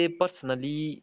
personally